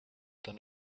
than